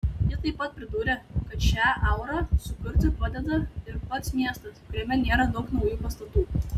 ji taip pat pridūrė kad šią aurą sukurti padeda ir pats miestas kuriame nėra daug naujų pastatų